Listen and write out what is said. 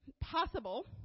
possible